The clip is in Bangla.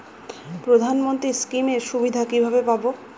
প্রধানমন্ত্রী স্কীম এর সুবিধা কিভাবে পাবো?